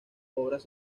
obras